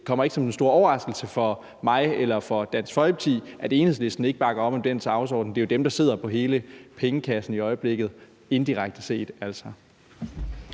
det kommer ikke som den store overraskelse for mig eller for Dansk Folkeparti, at Enhedslisten ikke bakker op om den dagsorden. Det er jo Enhedslisten, der sidder på hele pengekassen i øjeblikket – altså indirekte set.